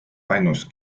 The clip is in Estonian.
ainus